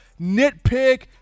nitpick